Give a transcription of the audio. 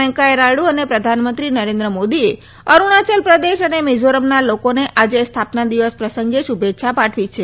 વૈકયાનાયડુ અને પ્રધાનમંત્રી નરેન્દ્ર મોદીએ અરુણાચલ પ્રદેશ અને મિઝોરમના લોકોને આજે સ્થાપના દિવસ પ્રસંગે શુભેચ્છા પાઠવી છે